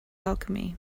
alchemy